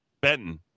Benton